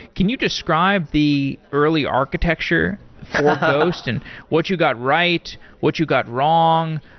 can you describe the early architecture for ghost and what you got right, what you got wrong,